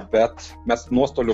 bet mes nuostolio